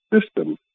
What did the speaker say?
system